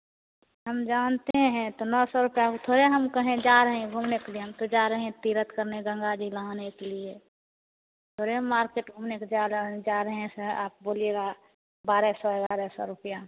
हम जानते हैं तो नौ सौ रुपया अब थोड़े हम कहें जा रहे हैं घूमने के लिए हम तो जा रहे हैं तीरथ करने गंगा जी नहाने के लिए थोरे हम मार्केट घूमने के जा हैं जा रहे हैं आप बोलिएगा बारह सौ ग्यारह सौ रुपिया